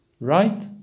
right